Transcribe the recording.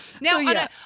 Now